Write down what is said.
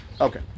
Okay